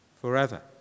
forever